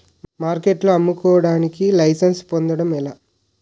మార్కెట్లో అమ్ముకోడానికి లైసెన్స్ పొందడం ఎలా?